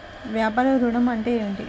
వ్యాపార ఋణం అంటే ఏమిటి?